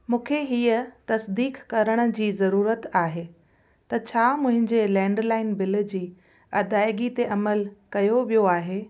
मूंखे हीअ तसदीक़ु करण जी ज़रूरत आहे त छा मुंहिंजे लैंडलाइन बिल जी अदायगी ते अमल कयो वियो आहे